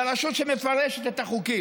לרשות שמפרשת את החוקים,